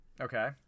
Okay